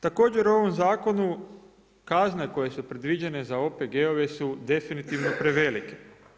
Također u ovom zakonu kazne koje su predviđene za OPG-ove su definitivno prevelike.